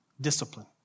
discipline